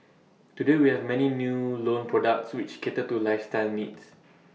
today we have many new loan products which cater to lifestyle needs